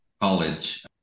college